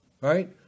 right